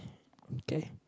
okay